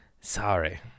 Sorry